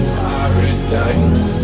paradise